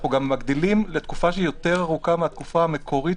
אנחנו גם מגדילים לתקופה יותר ארוכה מהתקופה המקורית,